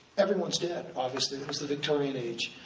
everyone's dead, obviously, it was the victorian age.